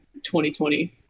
2020